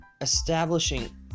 establishing